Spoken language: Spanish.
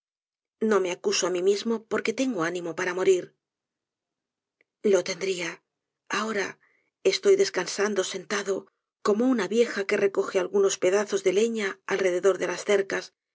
no me acuso á mi mismo porque tengo ánimo para morir lo tendría ahora estoy descansando sentado como una vieja que recoge algunos pedazos de leña alrededor de las cercas